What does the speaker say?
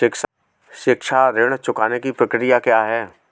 शिक्षा ऋण चुकाने की प्रक्रिया क्या है?